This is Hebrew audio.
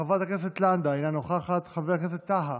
חברת הכנסת לנדה, אינה נוכחת, חבר הכנסת טאהא,